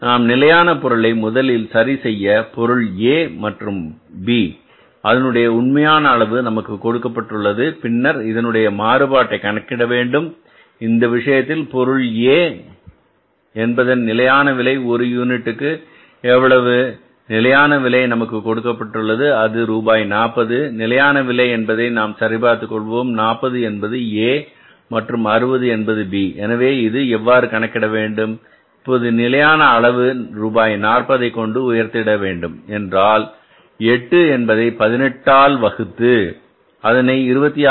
எனவே நாம் நிலையான பொருளை முதலில் சரி செய்ய பொருள் A மற்றும் B அதனுடைய உண்மையான அளவு நமக்கு கொடுக்கப்பட்டுள்ளது பின்னர் இதனுடைய மாறுபாட்டை கணக்கிட வேண்டும் இந்த விஷயத்தில் பொருள A என்பதன் நிலையான விலை ஒரு யூனிட்டிற்கு எவ்வளவு நிலையான விலை நமக்கு கொடுக்கப்பட்டுள்ளது அது ரூபாய் 40 நிலையான விலை என்பதை நாம் சரி பார்த்துக் கொள்வோம் 40 என்பது A மற்றும் 60 என்பது B எனவே இது எவ்வாறு கணக்கிட வேண்டும் இப்போது நிலையான அளவு ரூபாய் நாற்பதை கொண்டு உயர்த்த வேண்டும் என்றால் எட்டு என்பதை 18 ஆல் வகுத்து அதனை 26